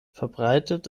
verbreitet